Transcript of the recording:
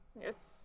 Yes